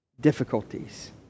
Difficulties